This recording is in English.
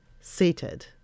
seated